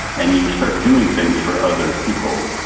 and you start doing things for other people.